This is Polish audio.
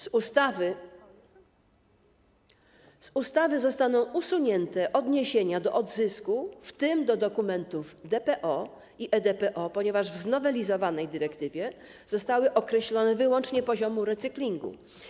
Z ustawy zostaną usunięte odniesienia do odzysku, w tym do dokumentów DPO i EDPO, ponieważ w znowelizowanej dyrektywie zostały określone wyłącznie poziomy recyklingu.